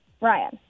Ryan